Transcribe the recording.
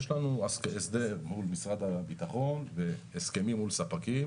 יש לנו הסדר מול משרד הביטחון והסכמים מול ספקים,